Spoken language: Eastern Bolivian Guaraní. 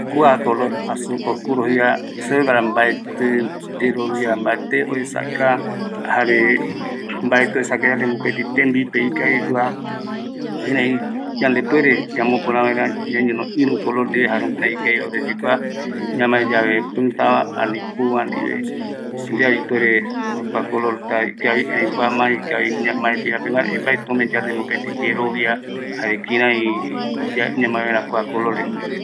Jooviave va aesa yepi ave mi jaema jae seyeipe kua jae gueru esa gua ueya se reta kua amae vaera kua vaenunga yepi vaere, yepea.